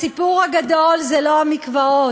הסיפור הגדול הוא לא המקוואות,